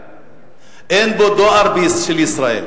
אין בו דואר של ישראל.